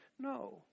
No